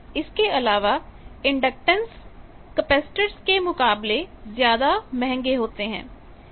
इसके अलावा inductance capacitors के मुकाबले बहुत ज्यादा महंगे होते हैं